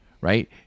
right